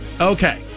Okay